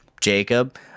jacob